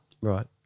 Right